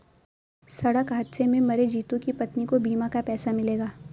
सड़क हादसे में मरे जितू की पत्नी को बीमा का पैसा मिलेगा